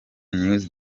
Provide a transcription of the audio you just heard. news